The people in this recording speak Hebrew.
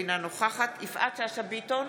אינה נוכחת יפעת שאשא ביטון,